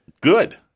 Good